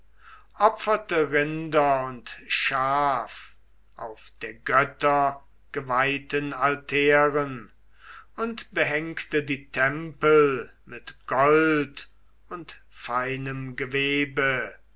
opferte rinder und schaf auf der götter geweihten altären und behängte die tempel mit gold und feinem gewebe